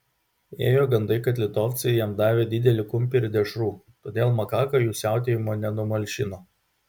ėjo gandai kad litovcai jam davė didelį kumpį ir dešrų todėl makaka jų siautėjimo nenumalšino